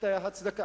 היתה הצדקה.